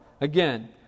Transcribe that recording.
Again